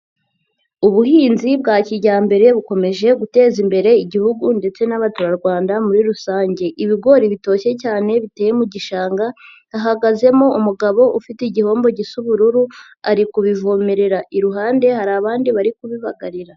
Ubuhinzi bwa kijyambere bukomeje guteza imbere Igihugu ndetse n'abaturarwanda muri rusange, ibigori bitoshye cyane biteye mu gishanga hahagazemo umugabo ufite igihombo gisa ubururu ari kubivomerera, iruhande hari abandi bari kubibagarira.